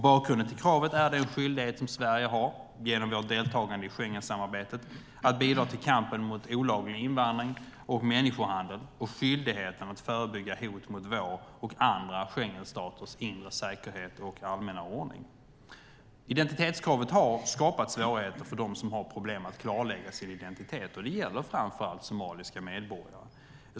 Bakgrunden till kravet är den skyldighet som Sverige har genom vårt deltagande i Schengensamarbetet att bidra till kampen mot olaglig invandring och människohandel och skyldigheten att förebygga hot mot vår och andra Schengenstaters inre säkerhet och allmänna ordning. Identitetskravet har skapat svårigheter för dem som har problem att klarlägga sin identitet. Det gäller framför allt somaliska medborgare.